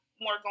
more